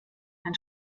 ein